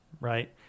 right